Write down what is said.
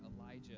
Elijah